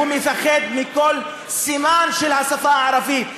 הוא מפחד מכל סימן של השפה הערבית,